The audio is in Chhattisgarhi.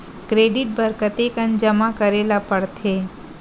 क्रेडिट बर कतेकन जमा करे ल पड़थे?